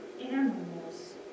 animals